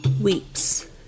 weeps